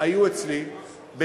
בכל זאת, מרכז האופוזיציה, עוד דקה,